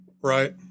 Right